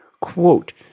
Quote